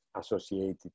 associated